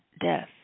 death